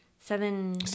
Seven